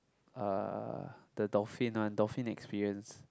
uh the dolphin one dolphin experience